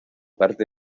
parte